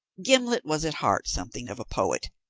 gimblet was at heart something of a poet,